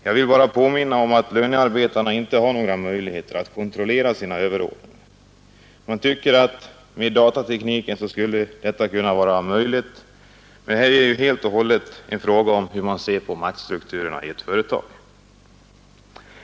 Jag vill bara påminna om att lönearbetarna inte har några möjligheter att kontrollera sina överordnade. Med datatekniken skulle detta kunna vara möjligt, men här är det ju helt och hållet en fråga om hur man ser på maktstrukturerna i ett företag.